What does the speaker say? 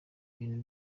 ibintu